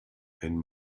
ein